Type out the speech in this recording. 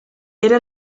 era